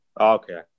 Okay